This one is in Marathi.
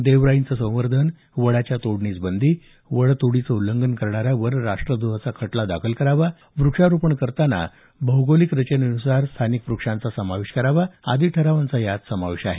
देवराईचं संवर्धन वडाच्या तोडणीस बंदी वड तोडीचं उल्लंघन करणाऱ्यावर राष्ट्रद्रोहाचा खटला दाखल करावा व्रक्षारोपण करताना भौगोलिक रचनेनुसार स्थानिक व्रक्षांचा समावेश करावा आदी ठरावांचा यात समावेश आहे